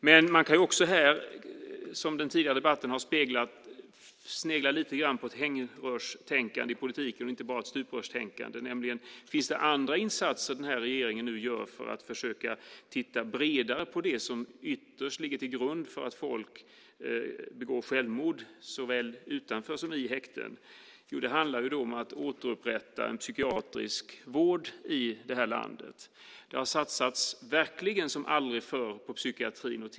Men man kan också här, som den tidigare debatten har speglat, snegla lite grann på ett hängrörstänkande och inte bara på ett stuprörstänkande i politiken. Finns det andra insatser den här regeringen nu gör för att försöka titta bredare på det som ytterst ligger till grund för att folk begår självmord såväl utanför som i häkten? Det handlar om att återupprätta en psykiatrisk vård i det här landet. Det har verkligen satsats som aldrig förr på psykiatrin.